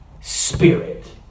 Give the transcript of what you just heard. Spirit